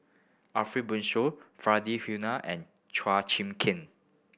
Ariff Bongso Faridah Hanum and Chua Chim Kang